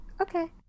Okay